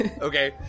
Okay